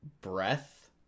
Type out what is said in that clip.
breath